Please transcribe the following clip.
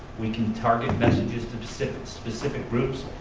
we can target messages to specific specific groups,